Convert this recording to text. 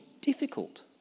difficult